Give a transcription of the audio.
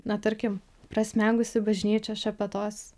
na tarkim prasmegusi bažnyčia šepetos